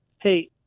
hey